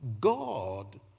God